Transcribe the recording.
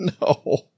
No